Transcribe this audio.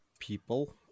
people